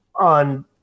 on